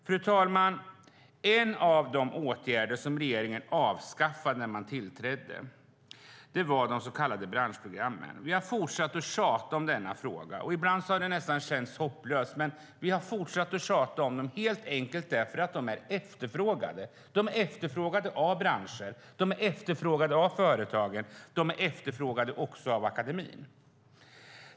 Fru talman! En av de åtgärder regeringen avskaffade när den tillträdde var de så kallade branschprogrammen. Vi har fortsatt att tjata om denna fråga. Ibland har det nästan känts hopplöst, men vi har fortsatt att tjata om dem, helt enkelt därför att de är efterfrågade. De är efterfrågade av branscherna, företagen och akademin.